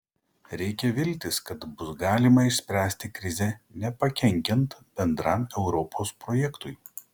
reikia viltis kad bus galima išspręsti krizę nepakenkiant bendram europos projektui